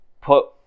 put